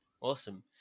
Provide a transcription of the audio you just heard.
Awesome